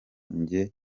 njye